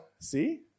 See